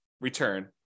return